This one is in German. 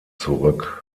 zurück